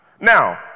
Now